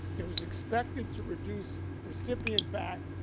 it was expected to reduce recipient vapp,